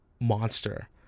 monster